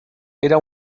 era